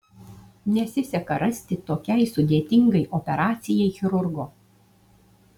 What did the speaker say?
nesiseka rasti tokiai sudėtingai operacijai chirurgo